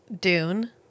Dune